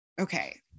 okay